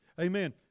Amen